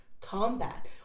combat